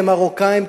כמרוקאים,